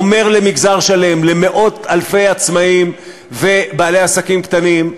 ויותר מ-90% מהצמיחה של המשק באים מהעסקים הקטנים,